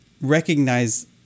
recognize